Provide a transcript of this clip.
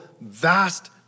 vast